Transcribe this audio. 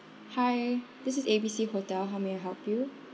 hi this is A B C hotel how may I help you